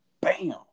bam